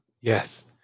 yes